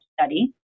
study